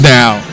now